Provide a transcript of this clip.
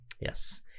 Yes